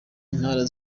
ntara